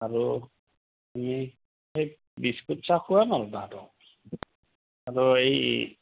আৰু সেই বিস্কুট চাহ খুৱাম আৰু তাহাঁতক আৰু এই